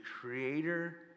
creator